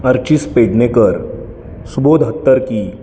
Archies Pednekar Subodh Hattarki